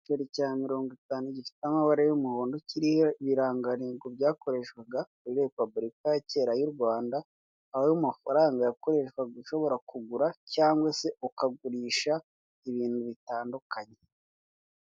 Igiceri cya mirongo itanu gifite amabara y'umuhondo kiriho ibirangantego byakoreshwaga muri repubulika ya kera y'u Rwanda aho ayo mafaranga yakoreshwaga ushobora kugura cyangwa se ukagurisha ibintu bitandukanye.